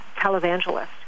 televangelist